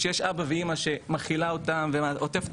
שיש להם אבא ואמא שמכילים אותם ועוטפת